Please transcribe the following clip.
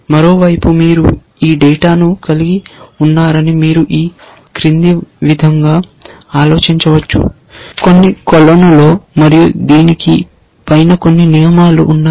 మరోవైపు మీరు ఈ డేటాను కలిగి ఉన్నారని మీరు ఈ క్రింది విధంగా ఆలోచించవచ్చు కొన్ని కొలనులో మరియు దీనికి పైన కొన్ని నియమాలు ఉన్నాయి